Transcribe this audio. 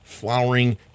flowering